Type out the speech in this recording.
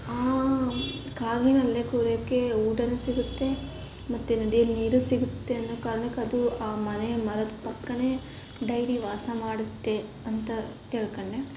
ಆ ಕಾಗೆನ ಅಲ್ಲೇ ಕೂರಕ್ಕೆ ಊಟನೂ ಸಿಗುತ್ತೆ ಮತ್ತು ನದಿಯಲ್ಲಿ ನೀರು ಸಿಗುತ್ತೆ ಅನ್ನೋ ಕಾರ್ಣಕ್ಕೆ ಅದು ಆ ಮನೆಯ ಮರದ ಪಕ್ಕವೇ ಡೈಲಿ ವಾಸ ಮಾಡುತ್ತೆ ಅಂತ ತಿಳ್ಕೊಂಡೆ